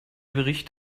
bericht